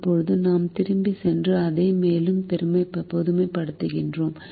இப்போது நாம் திரும்பிச் சென்று அதை மேலும் பொதுமைப்படுத்துகிறோம்